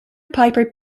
piper